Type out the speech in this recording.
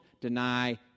deny